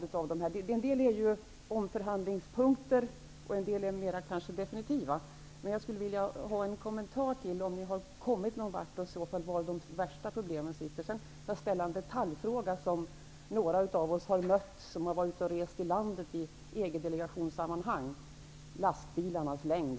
detta. En del är ju omförhandlingspunkter medan en annan är kanske mer definitiva. Jag skulle vilja ha en kommentar till om ni har kommit någon vart, och i så fall vari de värsta problemen ligger. Jag vill också ställa en detaljfråga, som några av oss har mött när vi har rest i landet i EG delegationssammanhang. Den gäller lastbilarnas längd.